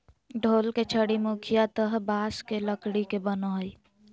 ढोल के छड़ी मुख्यतः बाँस के लकड़ी के बनो हइ